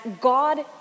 God